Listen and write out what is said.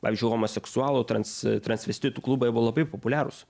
pavyzdžiui homoseksualų trans transvestitų klubai buvo labai populiarūs